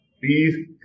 please